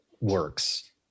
works